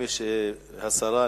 ומי שנגד,